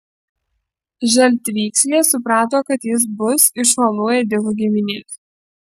žaltvykslė suprato kad jis bus iš uolų ėdikų giminės